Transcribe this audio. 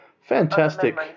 Fantastic